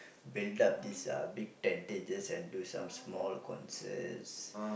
build up this uh big tentages and do some small concerts